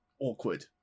awkward